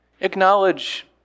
acknowledge